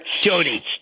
Jody